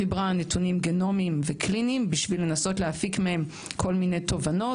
חיברה נתונים גנומיים וקליניים בשביל לנסות להפיק מהם כל מיני תובנות,